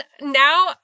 now